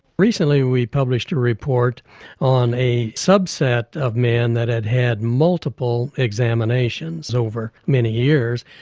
recently we published a report on a subset of men that had had multiple examinations over many years.